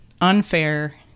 unfair